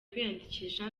kwiyandikisha